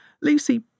Lucy